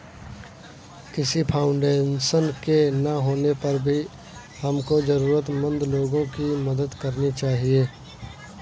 किसी फाउंडेशन के ना होने पर भी हमको जरूरतमंद लोगो की मदद करनी चाहिए